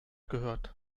gehört